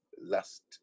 last